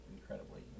incredibly